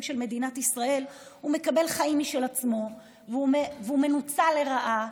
של מדינת ישראל הוא מקבל חיים משל עצמו והוא מנוצל לרעה.